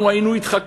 אנחנו היינו אתך,